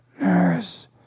Nurse